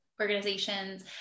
organizations